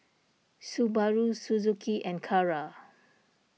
Subaru Suzuki and Kara